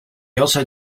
also